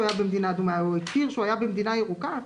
היה במדינה אדומה או הצהיר שהוא היה במדינה ירוקה,